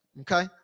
Okay